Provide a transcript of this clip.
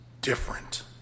different